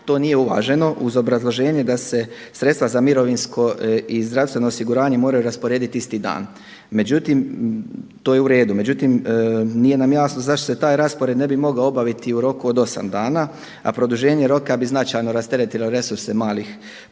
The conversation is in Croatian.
to nije uvaženo uz obrazloženje da se sredstva za mirovinsko i zdravstveno osiguranje moraju rasporediti isti dan. To je uredu. Međutim, nije nam jasno zašto se taj raspored ne bi mogao obaviti u roku od osam dana, a produženje roka bi značajno rasteretilo resurse malih